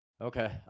Okay